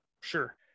Sure